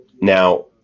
Now